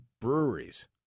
breweries